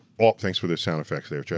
ah thanks for the sound effects there,